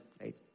Right